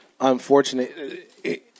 unfortunate